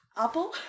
apple